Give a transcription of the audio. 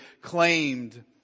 claimed